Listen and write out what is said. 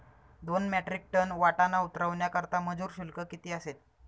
दोन metric ton वाटाणा उतरवण्याकरता मजूर शुल्क किती असेल?